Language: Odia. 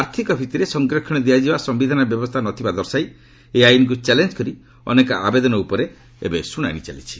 ଆର୍ଥକ ଭିତ୍ତିରେ ସଂରକ୍ଷଣ ଦିଆଯିବା ସମ୍ଭିଧାନରେ ବ୍ୟବସ୍ଥା ନ ଥିବା ଦର୍ଶାଇ ଏହି ଆଇନକୁ ଚ୍ୟାଲେଞ୍ଜ କରି ଅନେକ ଆବେଦନ ଉପରେ ଶୁଣାଣି କରୁଛନ୍ତି